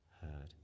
heard